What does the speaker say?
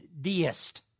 deist